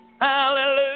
Hallelujah